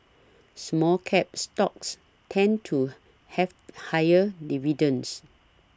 Small Cap stocks tend to have higher dividends